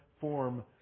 form